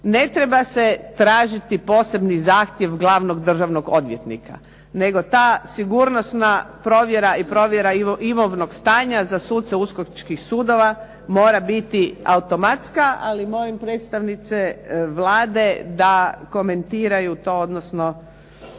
ne treba se tražiti posebni zahtjev glavnog državnog odvjetnika, nego ta sigurnosna provjera i provjera imovnog stanja za suce uskočkih sudova mora biti automatska, ali molim predstavnica Vlade da komentiraju to, odnosno